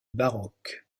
baroque